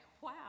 wow